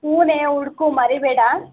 ಹ್ಞೂನೇ ಹುಡುಕು ಮರೀಬೇಡ